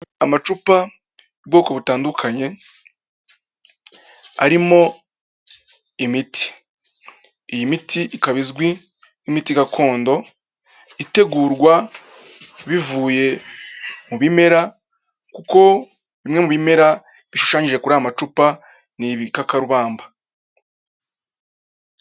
Amacupa ubwoko butandukanye arimo imiti, iyi miti ikaba izwi nk'imiti gakondo itegurwa bivuye mu bimera kuko bimwe mu bimera bishushanyije kuri aya amacupa ni ibikakarubamba.